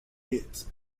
hits